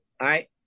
right